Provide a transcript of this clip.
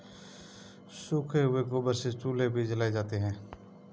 सूखे हुए गोबर से चूल्हे भी जलाए जाते हैं